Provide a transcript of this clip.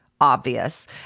obvious